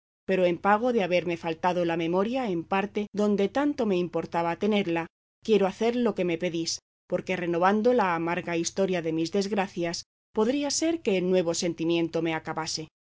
pero en pago de haberme faltado la memoria en parte donde tanto me importaba tenerla quiero hacer lo que me pedís porque renovando la amarga historia de mis desgracias podría ser que el nuevo sentimiento me acabase